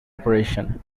operation